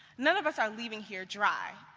none of us are leaving here dry.